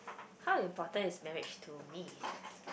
how important is marriage to me